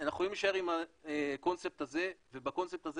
אנחנו יכולים להישאר עם הקונספט הזה ובקונספט הזה